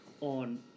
on